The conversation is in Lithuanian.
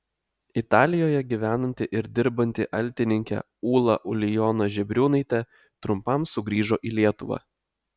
italijoje gyvenanti ir dirbanti altininkė ūla ulijona žebriūnaitė trumpam sugrįžo į lietuvą